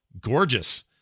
gorgeous